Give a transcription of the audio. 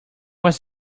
was